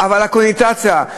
אבל הקונוטציה,